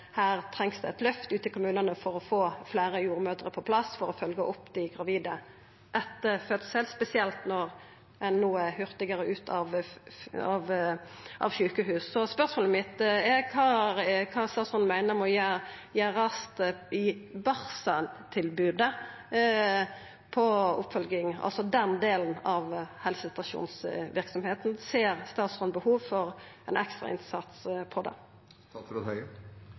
her trengst det eit løft ute i kommunane for å få fleire jordmødrer på plass for å følgja opp dei gravide etter fødsel, spesielt når ein no er hurtigare ute av sjukehuset. Så spørsmålet mitt er: Kva meiner statsråden må gjerast med barseltilbodet når det gjeld oppfølging, altså den delen av helsestasjonsverksemda? Ser statsråden behov for ein ekstra innsats